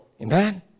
Amen